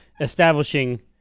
establishing